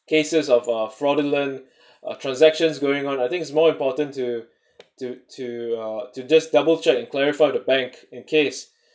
cases of uh fraudulent transactions going on I think it's more important to to to uh to just double check and clarified with bank in case